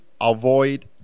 avoid